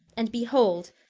and behold!